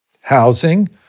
housing